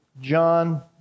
John